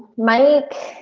mike,